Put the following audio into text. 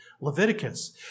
Leviticus